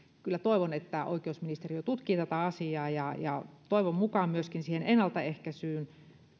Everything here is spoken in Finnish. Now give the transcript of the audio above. kyllä toivon että oikeusministeriö tutkii tätä asiaa toivon mukaan myöskin siihen ennaltaehkäisyyn